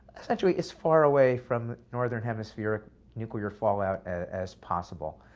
essentially, as far away from northern hemispheric nuclear fallout as possible.